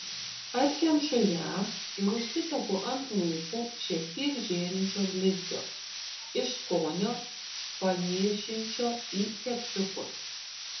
atkemšu ją ir užsitepu ant lūpų šiek tiek žėrinčio blizgio iš skonio panėšinčio į keksiukus